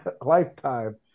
lifetime